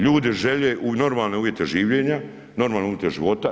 Ljudi žele normalne uvjete življenja, normalne uvjete života.